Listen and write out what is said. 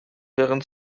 während